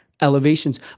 elevations